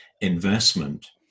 investment